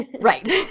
Right